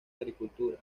agricultura